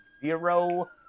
Zero